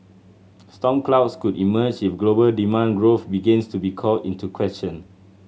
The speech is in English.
storm clouds could emerge if global demand growth begins to be called into question